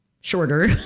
shorter